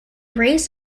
race